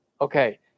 Okay